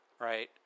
right